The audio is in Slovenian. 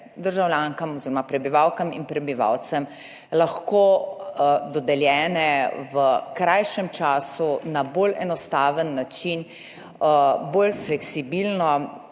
subvencije prebivalkam in prebivalcem lahko dodeljene v krajšem času, na bolj enostaven način, bolj fleksibilno,